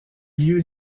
lieu